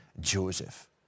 Joseph